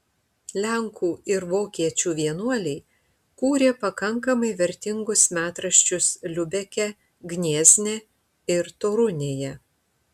lenkų ir vokiečių vienuoliai kūrė pakankamai vertingus metraščius liubeke gniezne ir torunėje